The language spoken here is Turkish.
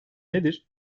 nedir